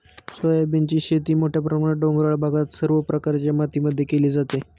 सोयाबीनची शेती मोठ्या प्रमाणात डोंगराळ भागात सर्व प्रकारच्या मातीमध्ये केली जाते